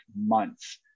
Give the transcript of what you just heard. months